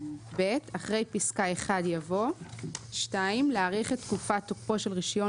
(ב) אחרי פסקה (1) יבוא: "(2) להאריך את תקופת תוקפו של רישיון